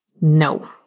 no